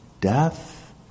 death